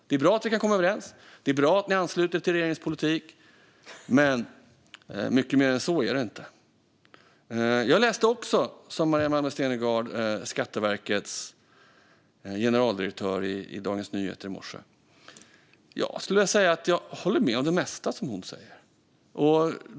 Det är bra att vi kan komma överens. Det är bra att ni ansluter er till regeringens politik. Men mycket mer än så är det inte. Liksom Maria Malmer Stenergard läste jag vad Skatteverkets generaldirektör sa i Dagens Nyheter i morse. Jag skulle vilja säga att jag håller med om det mesta som hon säger.